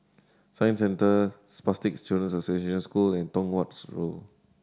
Science Centre Spastic Children's Association School and Tong Watt Road